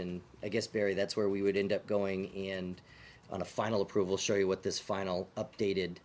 and i guess very that's where we would end up going in and on a final approval show you what this final updated